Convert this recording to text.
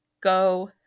go